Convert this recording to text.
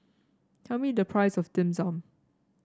tell me the price of Dim Sum